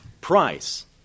price